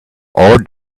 all